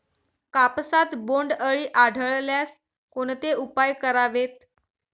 कापसात बोंडअळी आढळल्यास कोणते उपाय करावेत?